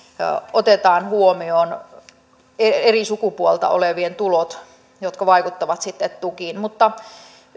otetaan huomioon eri sukupuolta olevien tulot jotka vaikuttavat sitten tukiin mutta